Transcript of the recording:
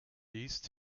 these